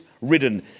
ridden